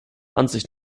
ansicht